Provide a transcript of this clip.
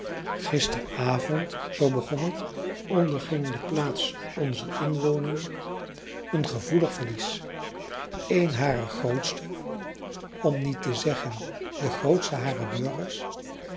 gisteravond zoo begon het onderging de plaats onzer inwoning een gevoelig verlies een harer grootste om niet te zeggen de grootste harer burgers